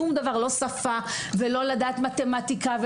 לא שפה ולא מתמטיקה.